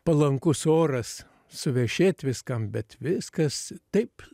palankus oras suvešėt viskam bet viskas taip